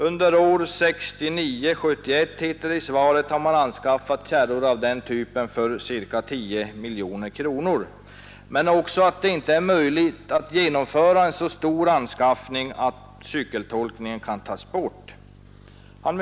Under åren 1969-1971 har man, heter det i svaret, anskaffat sådana kärror för ca 10 miljoner kronor. Men det är inte möjligt att genomföra en så stor anskaffning att cykeltolkningen kan tas bort, säger försvarsministern.